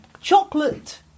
chocolate